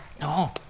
No